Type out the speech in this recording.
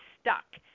stuck